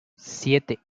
siete